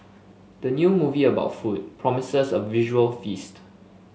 the new movie about food promises a visual feast